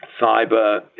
Cyber